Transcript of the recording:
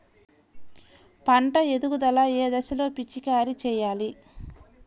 పంట ఎదుగుదల ఏ దశలో పిచికారీ చేయాలి?